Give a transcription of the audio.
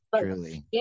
truly